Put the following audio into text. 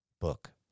book